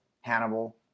Hannibal